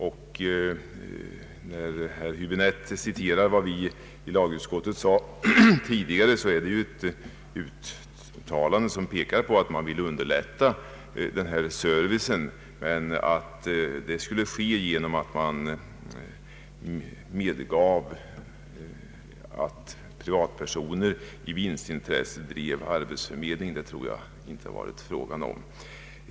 När herr Hiäbinette citerar vad andra lagutskottet uttalat tidigare vill jag framhålla att uttalandet pekar på att man vill underlätta denna service. Men att det skulle ske genom att man medgav att privatpersoner i vinstintresse drev arbetsförmedling tror jag inte det varit fråga om.